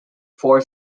four